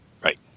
Right